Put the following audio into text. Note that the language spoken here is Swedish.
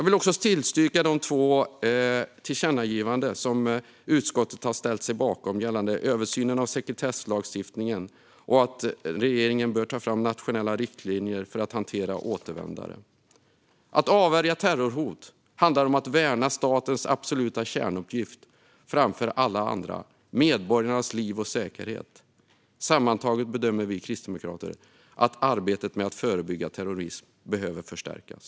Vi ställer oss också bakom utskottets två tillkännagivanden gällande översynen av sekretesslagstiftningen och att regeringen bör ta fram nationella riktlinjer för att hantera återvändare. Att avvärja terrorhot handlar om att värna statens absoluta kärnuppgift framför alla andra: att värna medborgarnas liv och säkerhet. Sammantaget bedömer vi kristdemokrater att arbetet med att förebygga terrorism behöver förstärkas.